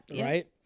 right